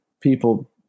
people